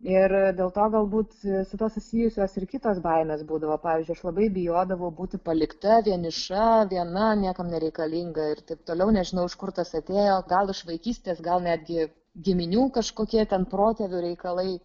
ir dėl to galbūt su tuo susijusios ir kitos baimės būdavo pavyzdžiui aš labai bijodavau būti palikta vieniša viena niekam nereikalinga ir taip toliau nežinau iš kur tas atėjo gal iš vaikystės gal netgi giminių kažkokie ten protėvių reikalai